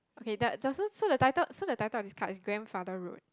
okay the so the title so the title of this card is grandfather road